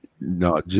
No